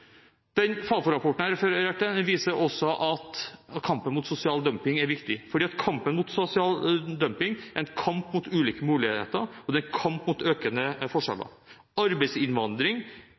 Den Fafo-rapporten som jeg refererte til, viser også at kampen mot sosial dumping er viktig, fordi kampen mot sosial dumping er en kamp mot ulike muligheter og en kamp mot økende forskjeller. Arbeidsinnvandring